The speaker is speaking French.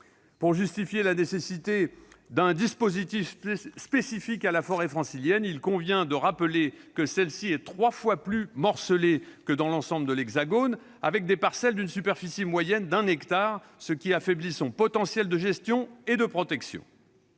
Pour justifier la nécessité d'un dispositif spécifique à la forêt francilienne, il convient de rappeler que celle-ci est trois fois plus morcelée que dans l'ensemble de l'Hexagone, avec des parcelles d'une superficie moyenne d'un hectare, ce qui affaiblit son potentiel de gestion et de protection.